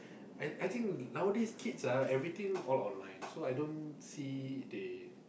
I I think nowadays kids ah everything all online so I don't see they